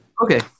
Okay